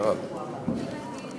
איך אפשר יהיה,